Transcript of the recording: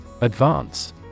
Advance